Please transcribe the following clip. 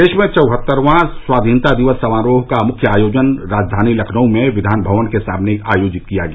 प्रदेश में चौहत्तरवां स्वाधीनता दिवस समारोह का मुख्य आयोजन राजधानी लखनऊ में विधानभवन के सामने आयोजित किया गया